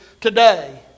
today